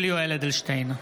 (קורא בשמות חברי הכנסת) יולי יואל אדלשטיין,